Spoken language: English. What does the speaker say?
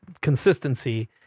consistency